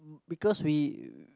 because we